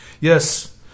Yes